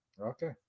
Okay